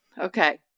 okay